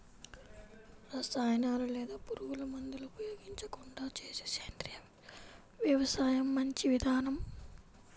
రసాయనాలు లేదా పురుగుమందులు ఉపయోగించకుండా చేసే సేంద్రియ వ్యవసాయం మంచి విధానం